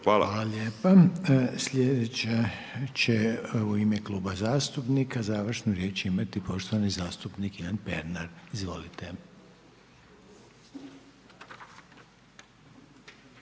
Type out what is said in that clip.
Hvala lijepa. Slijedeća će u ime Kluba zastupnika završnu riječ imati poštovani Ivan Pernar. Izvolite.